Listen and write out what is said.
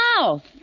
mouth